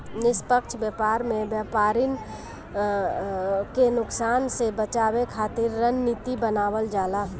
निष्पक्ष व्यापार में व्यापरिन के नुकसान से बचावे खातिर रणनीति बनावल जाला